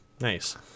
nice